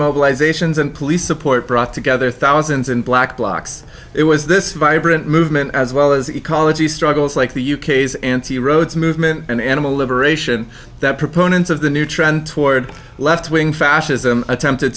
mobilizations and police support brought together thousands in black blocks it was this vibrant movement as well as ecology struggles like the ukase anti rhodes movement and animal liberation that proponents of the new trend toward leftwing fascism attempted